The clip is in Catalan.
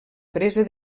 presa